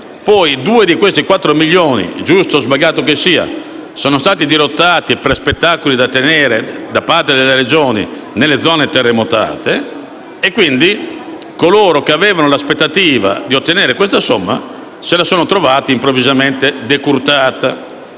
2 di questi 4 milioni, giusto o sbagliato che sia, sono stati dirottati su spettacoli da tenere da parte delle Regioni nelle zone terremotate, quindi coloro che avevano l'aspettativa di ottenere questa somma se la sono trovata improvvisamente decurtata.